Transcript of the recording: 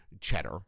cheddar